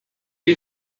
you